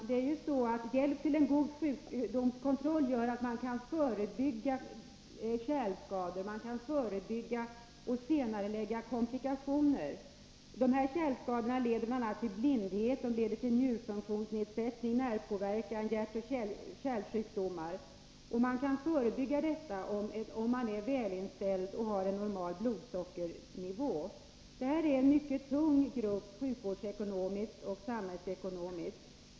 Herr talman! Hjälp till god sjukdomskontroll gör att man kan förebygga kärlskador och att man kan förebygga och senarelägga komplikationer. De här kärlskadorna leder bl.a. till blindhet, njurfunktionsnedsättning, nervpåverkan samt hjärtoch kärlsjukdomar. Detta kan förebyggas om man är välinställd och har en normal blodsockernivå. Det gäller här en mycket tung grupp sjukvårdsekonomiskt och samhällsekonomiskt.